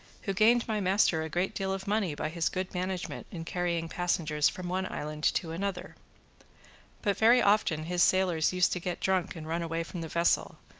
who gained my master a great deal of money by his good management in carrying passengers from one island to another but very often his sailors used to get drunk and run away from the vessel,